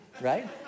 right